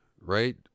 right